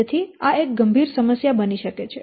તેથી આ એક ગંભીર સમસ્યા બની શકે છે